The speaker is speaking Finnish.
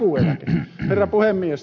herra puhemies